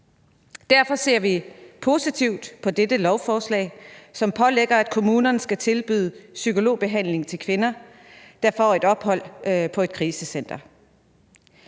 Derfor ser vi positivt på dette lovforslag, som pålægger, at kommunerne skal tilbyde psykologbehandling til kvinder, der får et ophold på et krisecenter.